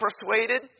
persuaded